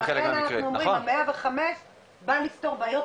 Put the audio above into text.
ולכן אנחנו אומרים ה-105 הא לפתור בעיות